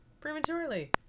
prematurely